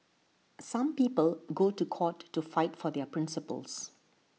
some people go to court to fight for their principles